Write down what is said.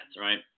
right